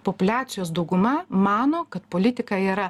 populiacijos dauguma mano kad politika yra